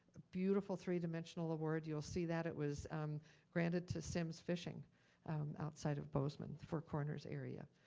ah beautiful three dimensional award, you'll see that, it was granted to simms fishing outside of bozeman four corners area.